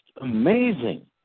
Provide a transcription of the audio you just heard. amazing